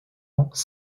ans